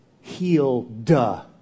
Heal-duh